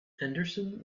henderson